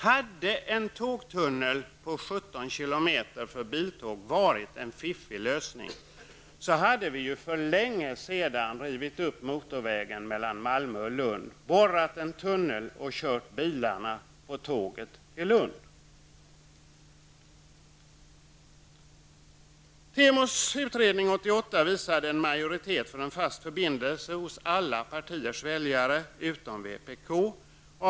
Om en tågtunnel på 17 km för biltåg varit en fiffig lösning, hade motorvägen mellan Malmö och Lund rivits upp för länge sedan. Man skulle alltså ha borrat en tunnel och kört bilarna på tåget till Lund. Temos utredning 1988 visade på en majoritet för en fast förbindelse hos alla partiers väljare utom vänsterpartiets.